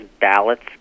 ballots